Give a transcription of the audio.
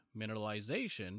mineralization